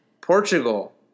Portugal